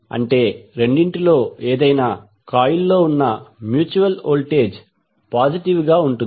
అంటే రెండింటిలో ఏదైనా కాయిల్లో ఉన్న మ్యూచువల్ వోల్టేజ్ పాజిటివ్ గా ఉంటుంది